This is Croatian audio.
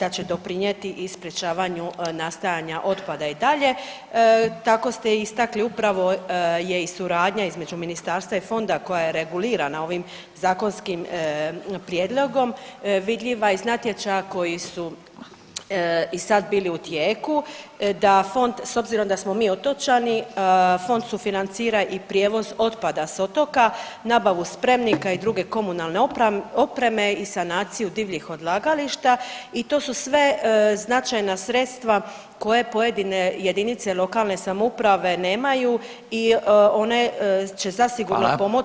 da će doprinjeti i sprječavanju nastajanja otpada i dalje, tako ste istakli upravo je i suradnja između ministarstva i fonda koja je regulirana ovim zakonskim prijedlogom vidljiva iz natječaja koji su i sad bili u tijeku da fond, s obzirom da smo mi otočani, fond sufinancira i prijevoz otpada s otoka, nabavu spremnika i druge komunalne opreme i sanaciju divljih odlagališta i to su sve značajna sredstva koje pojedine JLS nemaju i one će zasigurno pomoći da se